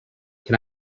can